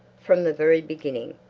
from the very beginning.